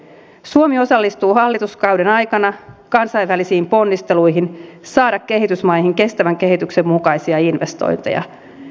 ensinnäkin suomi osallistuu hallituskauden aikana kansainvälisiin ponnisteluihin saada kehitysmaihin kestävän kehityksen mukaisia investointeja